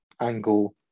angle